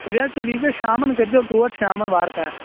تُلِو حظ تیٚلہِ ییٖزیو شامَن کٔرۍزیو لوڈ شامَن وارٕکار